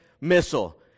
missile